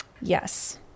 Yes